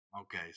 Okay